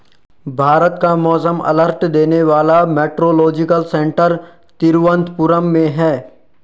भारत का मौसम अलर्ट देने वाला मेट्रोलॉजिकल सेंटर तिरुवंतपुरम में है